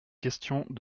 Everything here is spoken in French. questions